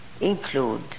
include